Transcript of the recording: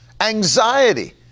Anxiety